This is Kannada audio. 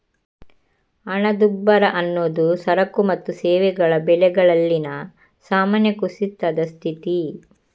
ಹಣದುಬ್ಬರ ಅನ್ನುದು ಸರಕು ಮತ್ತು ಸೇವೆಗಳ ಬೆಲೆಗಳಲ್ಲಿನ ಸಾಮಾನ್ಯ ಕುಸಿತದ ಸ್ಥಿತಿ